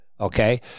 Okay